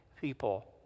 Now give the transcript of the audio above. people